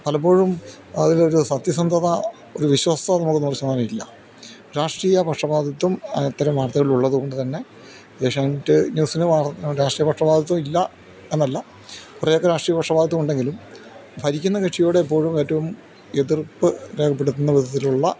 പലപ്പോഴും അതിലൊരു സത്യസന്ധത ഒരു വിശ്വാസ്യത എന്നൊന്ന് പറഞ്ഞ സാധനമില്ല രാഷ്ട്രീയ പക്ഷപാതിത്വം ഇത്തരം വാർത്തകളിൽ ഉള്ളത് കൊണ്ട് തന്നെ ഏഷ്യാൻറ്റ് ന്യൂസിന് രാഷ്ട്രീയ പക്ഷപാതിത്വം ഇല്ല എന്നല്ല കുറേയൊക്കെ രാഷ്ട്രീയ പക്ഷപാതിത്വം ഉണ്ടെങ്കിലും ഭരിക്കുന്ന കക്ഷിയോട് എപ്പോഴും ഏറ്റവും എതിർപ്പ് രേഖപ്പെടുത്തുന്ന വിധത്തിലുള്ള